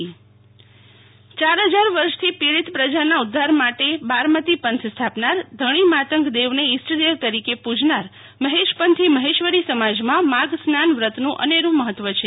શીતલ વૈશ્નવ માઘસ્નાન વ્રત યાર હજાર વર્ષથી પીડિત પ્રજાના ઉદ્વાર માટે બારમતી પંથ સ્થાપનાર ધણીમાતંગ દેવને ઈષ્ટદેવ તરીકે પૂજનાર મહેશપંથી મહેશ્વરી સમાજમાં માધરનાન વ્રતનું અનેડું મહત્ત્વ છે